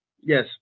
Yes